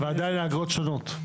אבל עדיין האגרות שונות.